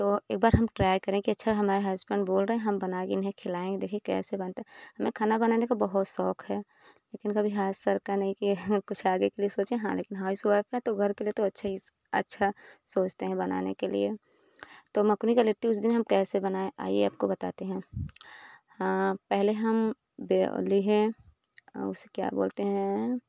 तो एक बार हम ट्राय करें कि अच्छा हमारे हसबैंड बोल रहे हैं हम बना के इन्हें खिलाएँ देखे कैसे बनता है हमें खाना बनाने का बहुत शौक है लेकिन कभी हाथ सरका नहीं कि हाँ कुछ आगे के लिए सोचें हाँ लेकिन हाउसवाइफ हैं तो घर के लिए तो अच्छा ही अच्छा अच्छा सोचते हैं बनाने के लिए तो मकुनी का लिट्टी उस दिन हम कैसे बनाए आइए आपको बताते हैं पहले हम बे लिहें उसे क्या बोलते हैं